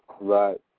Right